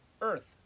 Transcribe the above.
earth